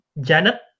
Janet